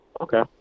Okay